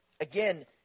again